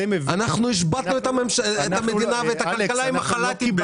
אנחנו השבתנו את המדינה ואת הכלכלה עם החל"תים?